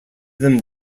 them